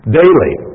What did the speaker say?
daily